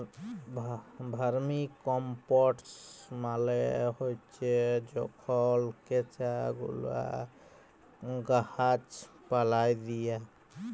vermicompost মালে হছে যখল কেঁচা গুলা গাহাচ পালায় দিয়া